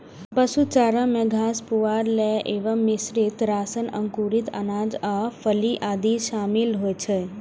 पशु चारा मे घास, पुआर, तेल एवं मिश्रित राशन, अंकुरित अनाज आ फली आदि शामिल होइ छै